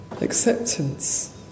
acceptance